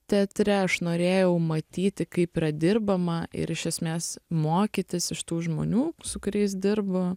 teatre aš norėjau matyti kaip yra dirbama ir iš esmės mokytis iš tų žmonių su kuriais dirbu